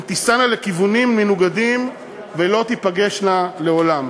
הן תיסענה לכיוונים מנוגדים ולא תיפגשנה לעולם.